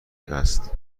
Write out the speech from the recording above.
است